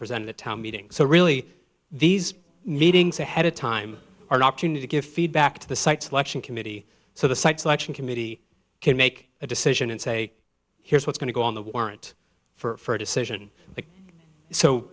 presented at town meetings so really these meetings ahead of time are not you need to give feedback to the site selection committee so the site selection committee can make a decision and say here's what's going to go on the warrant for a decision